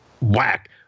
whack